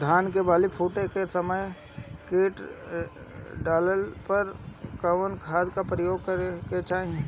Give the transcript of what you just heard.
धान के बाली फूटे के समय कीट लागला पर कउन खाद क प्रयोग करे के चाही?